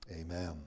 Amen